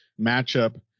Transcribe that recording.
matchup